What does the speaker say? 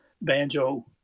banjo